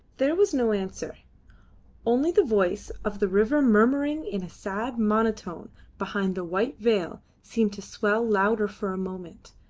there was no answer only the voice of the river murmuring in sad monotone behind the white veil seemed to swell louder for a moment,